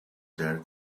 jerk